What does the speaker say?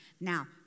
Now